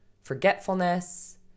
forgetfulness